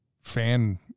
fan